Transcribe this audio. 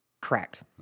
Correct